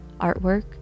Artwork